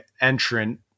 entrant